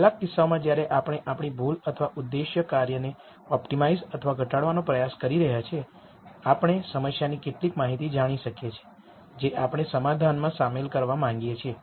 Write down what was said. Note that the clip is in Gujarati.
કેટલાક કિસ્સાઓમાં જ્યારે આપણે આપણી ભૂલ અથવા ઉદ્દેશ્ય કાર્યને ઓપ્ટિમાઇઝ અથવા ઘટાડવાનો પ્રયાસ કરી રહ્યાં છીએઆપણે સમસ્યાની કેટલીક માહિતી જાણી શકીએ છીએ જે આપણે સોલ્યુશનમાં શામેલ કરવા માંગીએ છીએ